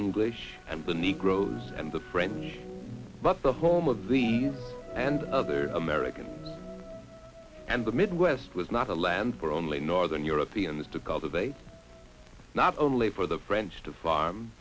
english and the negroes and the french but the home of these and other americans and the midwest was not a land for only northern europeans to cultivate not only for the french to farm